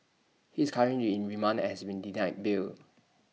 he is currently in remand and has been denied bail